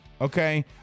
Okay